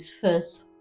first